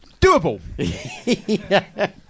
Doable